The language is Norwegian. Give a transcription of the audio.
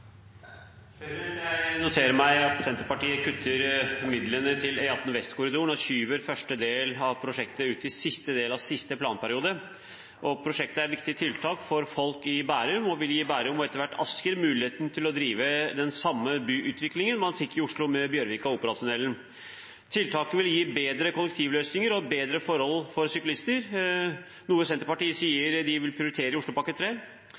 noterer meg at Senterpartiet kutter midlene til E18 Vestkorridoren og skyver første del av prosjektet ut til siste del av siste planperiode. Prosjektet er et viktig tiltak for folk i Bærum og vil gi Bærum og etter hvert Asker mulighet til å drive den samme byutviklingen man fikk i Oslo med Bjørvika og Operatunnelen. Tiltaket vil gi bedre kollektivløsninger og bedre forhold for syklister, noe Senterpartiet sier